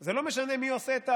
זה לא משנה מי עושה את העבירה,